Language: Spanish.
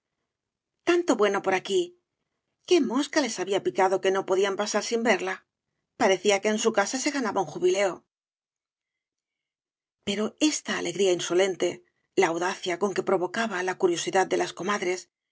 tanto bueno por aquí qué mosca les había picado que no podían pasar sin verla parecía que en su casa se ganaba un jubileo pero esta alegría insolente la audacia con que provocaba la curiosidad de las comadres